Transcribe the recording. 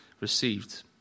received